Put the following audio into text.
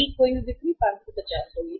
नई खोई बिक्री 550 होगी